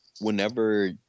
whenever